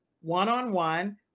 one-on-one